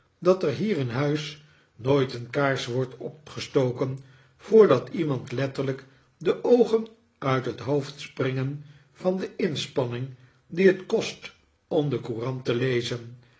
dat er hier in huis nooit een kaars wordt opgestoken voordat iemand letterlijk de oogen uit het hoofd springen van de inspanning die het kost om de courant te lezen